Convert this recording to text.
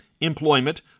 employment